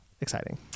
exciting